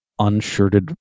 unshirted